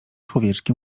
człowieczki